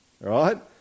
right